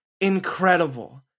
incredible